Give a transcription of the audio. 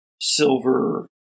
silver